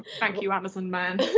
thank you amazon man.